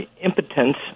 impotence